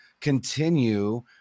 continue